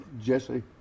Jesse